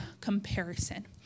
comparison